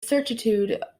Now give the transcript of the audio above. certitude